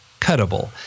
cuttable